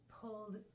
pulled